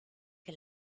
que